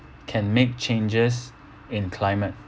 can make changes in climate